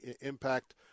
impact